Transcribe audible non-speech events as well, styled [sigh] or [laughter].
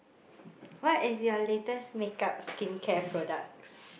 [breath] what is your latest makeup skincare products